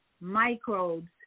microbes